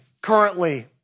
currently